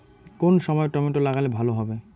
কোন সময় টমেটো লাগালে ভালো হবে?